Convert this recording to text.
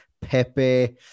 Pepe